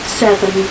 seven